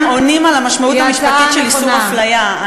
עונות על המשמעות המשפטית של איסור הפליה.